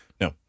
No